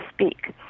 speak